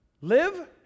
Live